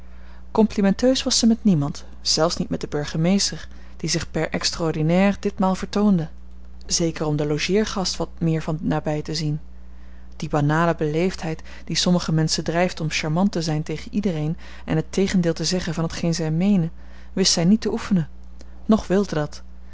complimenteus was zij met niemand zelfs niet met den burgemeester die zich per extra ordinaire ditmaal vertoonde zeker om den logeergast wat meer van nabij te zien die banale beleefdheid die sommige menschen drijft om charmant te zijn tegen iedereen en het tegendeel te zeggen van t geen zij meenen wist zij niet te oefenen noch wilde dat